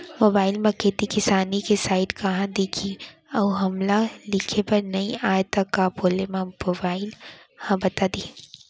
Mobile म खेती किसानी के साइट कहाँ दिखही अऊ हमला लिखेबर नई आय त का बोले म मोबाइल ह बता दिही?